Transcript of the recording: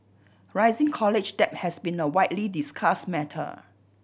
rising college debt has been a widely discussed matter